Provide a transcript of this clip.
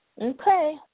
okay